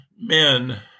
men